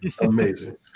Amazing